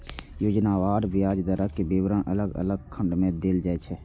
योजनावार ब्याज दरक विवरण अलग अलग खंड मे देल जाइ छै